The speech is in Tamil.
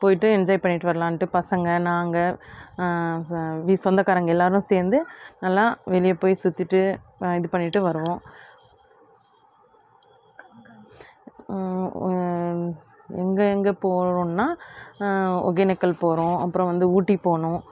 போய்ட்டு என்ஜாய் பண்ணிட்டு வரலான்ட்டு பசங்கள் நாங்கள் ச சொந்தக்காரங்கள் எல்லாருமாக சேர்ந்து நல்லா வெளியே போய் சுத்திட்டு இது பண்ணிட்டு வருவோம் எங்கே எங்கே போறோம்னா ஒகேனக்கல் போகிறோம் அப்புறம் வந்து ஊட்டி போகணும்